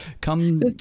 Come